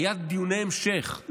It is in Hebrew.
היו דיוני המשך,